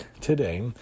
today